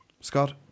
Scott